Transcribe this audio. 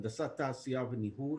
הנדסת תעשייה וניהול,